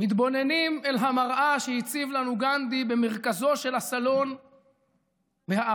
מתבוננים אל המראה שהציב לנו גנדי במרכזו של הסלון בהערצה,